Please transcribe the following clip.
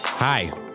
Hi